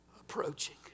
approaching